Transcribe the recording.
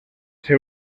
ser